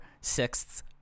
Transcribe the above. sixths